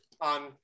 on